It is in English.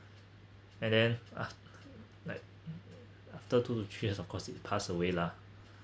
and then uh like after two to three years of course it pass away lah